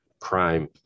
crime